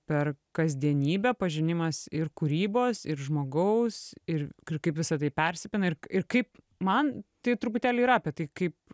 per kasdienybę pažinimas ir kūrybos ir žmogaus ir kur kaip visa tai persipina ir ir kaip man tai truputėlį yra apie tai kaip